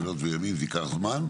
ולילות וימים זה ייקח זמן,